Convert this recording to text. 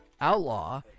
Outlaw